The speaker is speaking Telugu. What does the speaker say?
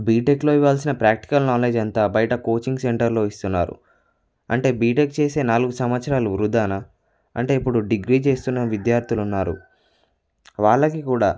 బీటెక్లో ఇవ్వాల్సిన ప్రాక్టికల్ నాలేజ్ ఎంత బయట కోచింగ్ సెంటర్లో ఇస్తున్నారు అంటే బీటెక్ చేసే నాలుగు సంవత్సరాలు వృధానా అంటే ఇప్పుడు డిగ్రీ చేస్తున్న విద్యార్థులు ఉన్నారు వాళ్ళకి కూడా